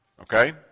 okay